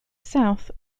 south